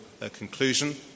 conclusion